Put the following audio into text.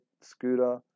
scooter